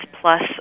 plus